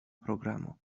programo